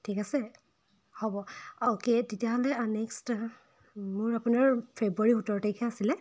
ঠিক আছে হ'ব অ'কে তেতিয়াহ'লে নেক্সট মোৰ আপোনাৰ ফেব্ৰুৱাৰীৰ সোতৰ তাৰিখে আছিলে